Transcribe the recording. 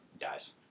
Dies